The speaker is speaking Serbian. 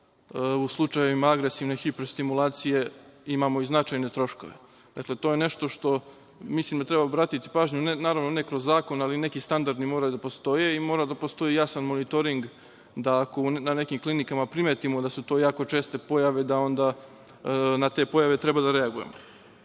u slučajevima agresivne hiperstimulacije imamo i značajne troškove. Dakle, to je nešto na šta mislim da treba obratiti pažnju, naravno, ne kroz zakon, ali neki standardi moraju da postoje i mora da postoji jasan monitoring da ako na nekim klinikama primetimo da su to jako česte pojave, da onda na te pojave trebamo da reagujemo. Neko